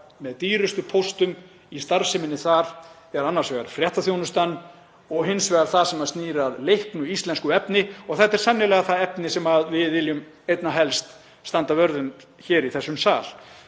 með dýrustu póstum í starfseminni þar er annars vegar fréttaþjónustan og hins vegar það sem snýr að leiknu íslensku efni og þetta er sennilega það efni sem við viljum einna helst standa vörð um hér í þessum sal..